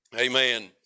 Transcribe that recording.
Amen